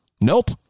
Nope